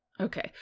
Okay